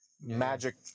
magic